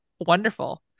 wonderful